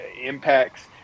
impacts